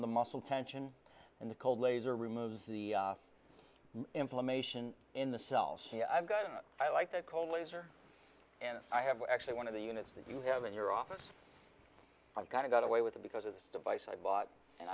of the muscle tension and the cold laser removes the inflammation in the cell c i've got i like that cold laser and i have actually one of the units that you have in your office i've got to got away with it because of this device i bought and